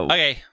Okay